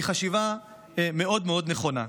היא חשיבה מאוד מאוד נכונה.